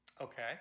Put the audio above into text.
Okay